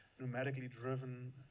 pneumatically-driven